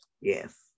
yes